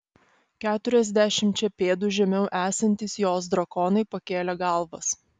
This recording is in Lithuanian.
keturiasdešimčia pėdų žemiau esantys jos drakonai pakėlė galvas